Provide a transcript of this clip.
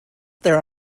their